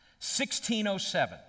1607